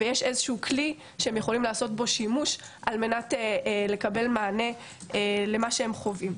ויש כלי שהם יכולים לעשות בו שימוש כדי לקבל מענה למה שהם חווים.